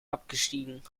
abgestiegen